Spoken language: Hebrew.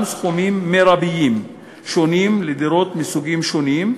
סכומים מרביים שונים לדירות מסוגים שונים,